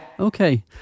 Okay